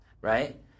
Right